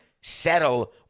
settle